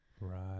Right